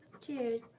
Cheers